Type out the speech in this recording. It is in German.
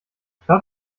schaut